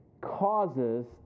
causes